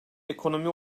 ekonomi